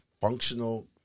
functional